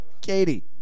Katie